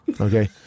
Okay